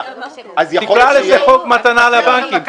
תקרא לזה חוק מתנה לבנקים.